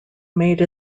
made